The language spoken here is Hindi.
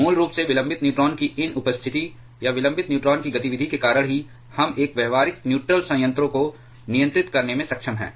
मूल रूप से विलंबित न्यूट्रॉन की इन उपस्थिति या विलंबित न्यूट्रॉन की गतिविधि के कारण ही हम एक व्यावहारिक न्यूट्रल संयंत्रों को नियंत्रित करने में सक्षम हैं